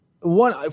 one